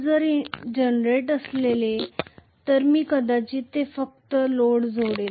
जर ते जनरेटर असेल तर मी कदाचित येथे फक्त लोड जोडेल